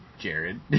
Jared